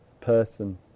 person